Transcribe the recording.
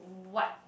what